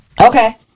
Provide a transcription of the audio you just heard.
Okay